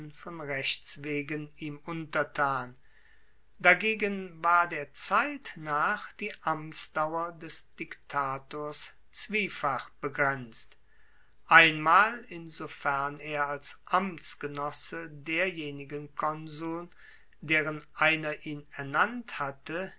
von rechts wegen ihm untertan dagegen war der zeit nach die amtsdauer des diktators zwiefach begrenzt einmal insofern er als amtsgenosse derjenigen konsuln deren einer ihn ernannt hatte